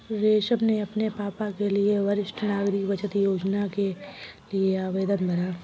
रमेश ने अपने पापा के लिए वरिष्ठ नागरिक बचत योजना के लिए आवेदन भरा